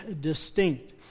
distinct